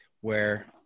where-